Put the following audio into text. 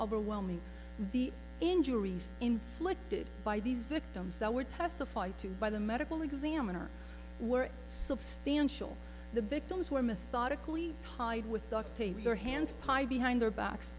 overwhelming the injuries inflicted by these victims that were testified to by the medical examiner were substantial the victims were methodically tied with duct tape with their hands tied behind their backs